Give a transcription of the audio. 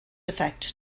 effect